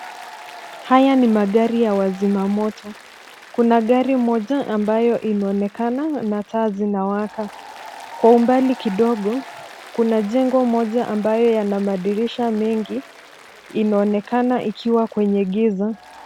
Haya ni magari ya wazima moto. Kuna gari moja ambayo inaonekana na taa zinawaka. Kwa umbali kidogo, kuna jengo moja ambayo yana madirisha mengi inaonekana ikiwa kwenye giza.